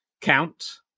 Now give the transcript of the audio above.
count